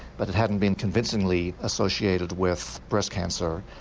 but it hadn't been convincingly associated with breast cancer.